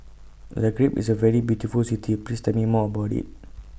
Zagreb IS A very beautiful City Please Tell Me More about IT